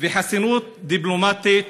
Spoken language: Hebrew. וחסינות דיפלומטית